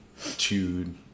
chewed